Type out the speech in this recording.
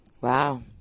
Wow